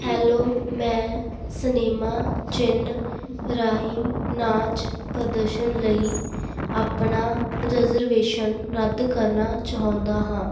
hello ਮੈਂ cinema ਚਿੰਨ੍ਹ ਰਾਹੀਂ ਨਾਚ ਪ੍ਰਦਰਸ਼ਨ ਲਈ ਆਪਣਾ ਰਿਜ਼ਰਵੇਸ਼ਨ ਰੱਦ ਕਰਨਾ ਚਾਹੁੰਦਾ ਹਾਂ